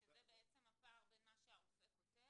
--- שזה בעצם הפער בין מה שהרופא כותב